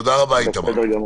תודה רבה, איתמר.